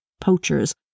poachers